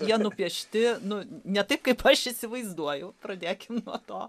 jie nupiešti nu ne taip kaip aš įsivaizduoju pradėkim nuo to